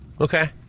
Okay